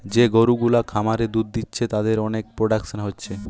যে গরু গুলা খামারে দুধ দিচ্ছে তাদের অনেক প্রোডাকশন হচ্ছে